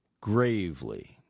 Gravely